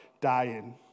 dying